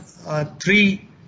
Three